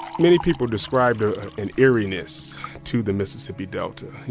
many people described ah an eeriness to the mississippi delta, you